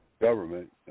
government